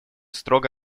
строго